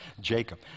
Jacob